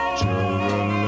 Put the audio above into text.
children